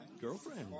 girlfriend